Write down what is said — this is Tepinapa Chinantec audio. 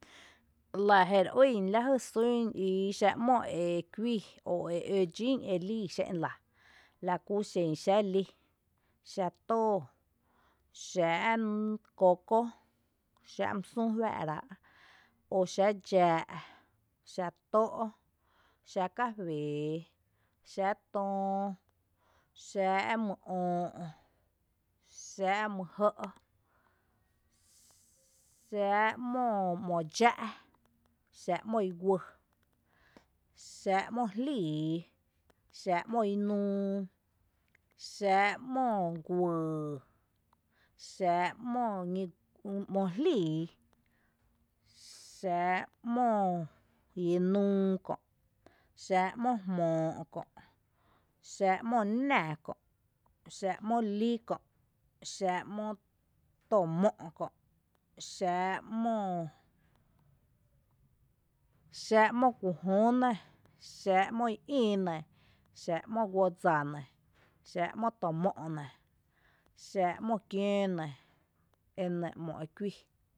Lⱥ jé re ýn la jý sún ii xáa’ ‘mo ekuii o e ǿ dxín e lii xé’n lⱥ, lakú xen xⱥⱥ’ lí, xⱥⱥ’ tóo xⱥⱥ’ coco, xⱥⱥ’ mý sü juⱥⱥ’ rá’ o xⱥⱥ’ dxáa’ xⱥⱥ’ tó’, xⱥⱥ’ cafee, xⱥⱥ’ töóö, xⱥⱥ’ mý öö’, xⱥⱥ’ mý jɇ’, xⱥⱥ’ ‘mo dxⱥ’, xⱥⱥ’ ´mo i guý, xⱥⱥ’ ´mo jlíií, xⱥⱥ’ ´mo i nuu, xⱥⱥ’ ´mo guyy, xⱥⱥ’ ‘mo ñí ´mo jlíií, xⱥⱥ’ ´mo inuu kö’, xⱥⱥ’ ´mo jmoo’ kö’, xⱥⱥ’ ´mo nⱥ kö’, xⱥⱥ’ ’mo lí kö’, xⱥⱥ’ ´mo to mo’ kö’, xⱥⱥ’ ´moo xⱥⱥ’ ´mo ku jü ne, xⱥⱥ’ ´mo i ï ne, xⱥⱥ’ ´mo guó dsa ne, xⱥⱥ’ ´mo to mo’ ne, xⱥⱥ’ ´mo kiǿǿ ne, e nɇ ´mo ekuíi.